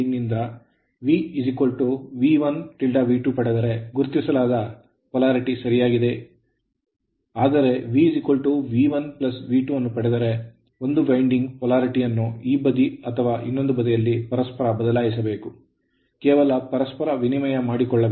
ಗುರುತಿಸಲಾದ ಧ್ರುವೀಯತೆಯು ಸರಿಯಾಗಿದೆ ಮತ್ತು ಇದೆ ಆದರೆ V V1 V2ಅನ್ನು ಪಡೆದರೆ ಆಗ ಒಂದು winding ಧ್ರುವೀಯತೆಯನ್ನು ಈ ಬದಿ ಅಥವಾ ಇನ್ನೊಂದು ಬದಿಯಲ್ಲಿ ಪರಸ್ಪರ ಬದಲಾಯಿಸಬೇಕು ಕೇವಲ ಪರಸ್ಪರ ವಿನಿಮಯ ಮಾಡಿಕೊಳ್ಳಬೇಕು